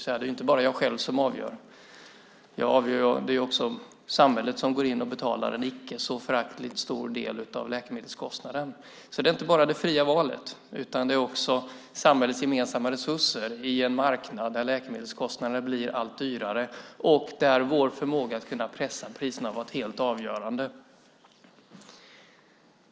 Det är alltså inte bara jag själv som avgör. Det är också samhället som går in och betalar en icke föraktlig del av läkemedelskostnaden. Det handlar inte bara om det fria valet, utan det handlar också om samhällets gemensamma resurser i en marknad där läkemedelskostnader blir allt dyrare och där vår förmåga att pressa priserna har varit helt avgörande.